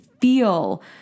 feel